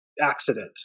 accident